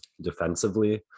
defensively